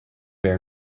bear